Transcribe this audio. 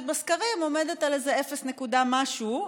בסקרים עומדת על איזה אפס נקודה משהו.